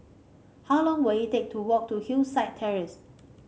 how long will it take to walk to Hillside Terrace